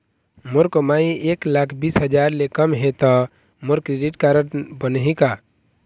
मोर कमाई एक लाख बीस हजार ले कम हे त मोर क्रेडिट कारड बनही का?